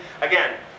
Again